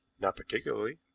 not particularly.